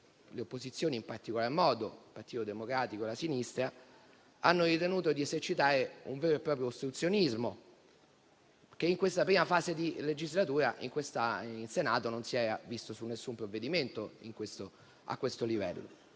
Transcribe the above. le opposizioni - in particolar modo il Partito Democratico, la sinistra - hanno ritenuto di esercitare un vero e proprio ostruzionismo, che in questa prima fase di legislatura, in Senato, non si era visto a questo livello